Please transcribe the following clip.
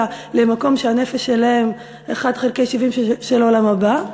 למקום שהנפש שלהם אחת חלקי שבעים של העולם הבא,